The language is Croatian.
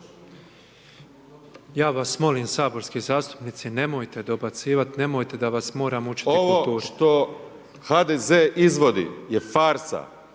Ja vas molim saborski zastupnici, nemojte dobacivati, nemojte da vas moram učiti kulturi. **Beljak, Krešo (HSS)** Ovo što HDZ izvodi je farsa,